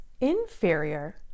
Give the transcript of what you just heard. inferior